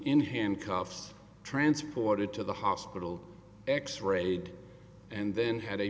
in handcuffs transported to the hospital x rayed and then had a